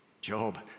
Job